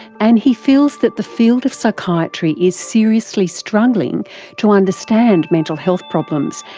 and he feels that the field of psychiatry is seriously struggling to understand mental health problems,